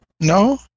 No